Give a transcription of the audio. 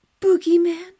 boogeyman